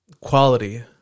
quality